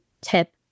tip